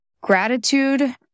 gratitude